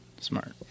smart